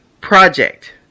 Project